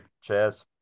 Cheers